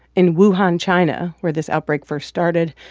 in wuhan, china, where this outbreak first started,